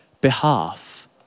behalf